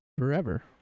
Forever